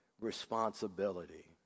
responsibility